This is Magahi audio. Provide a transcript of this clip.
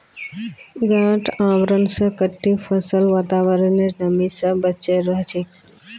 गांठ आवरण स कटी फसल वातावरनेर नमी स बचे रह छेक